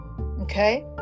Okay